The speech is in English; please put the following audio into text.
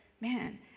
man